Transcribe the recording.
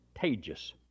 Contagious